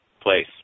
place